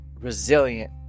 resilient